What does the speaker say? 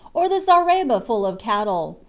or the zareba full of cattle,